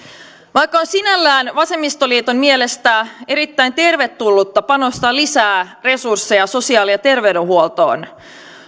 vaikka on sinällään vasemmistoliiton mielestä erittäin tervetullutta panostaa lisää resursseja sosiaali ja terveydenhuoltoon